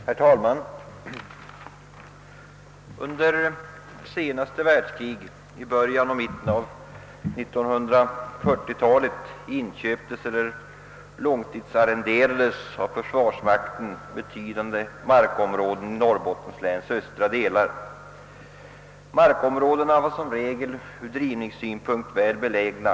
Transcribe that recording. Herr talman! Under det senaste världskriget, d.v.s. i början och mitten av 1940-talet, inköptes eller långtidsarrenderades av försvarsmakten betydande markområden i Norrbottens läns östra delar. Markområdena var som regel ur drivningssynpunkt väl belägna.